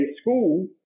school